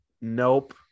Nope